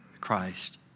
Christ